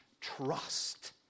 trust